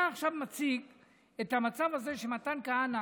אתה עכשיו מציג את המצב הזה, שלפיו מתן כהנא